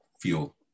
feel